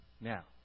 Now